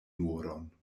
moron